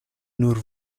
nur